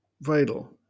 vital